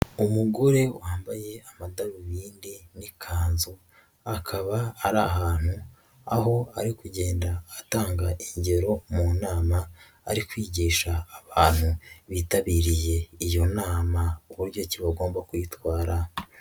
Umugore wambaye amadarubindi n'ikanzu, akaba ari ahantu aho ari kugenda atanga ingero mu nama ari kwigisha abantu bitabiriye iyo nama uburyo ki bagomba kwitwara.